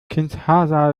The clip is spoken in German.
kinshasa